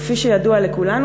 כפי שידוע לכולנו,